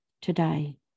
today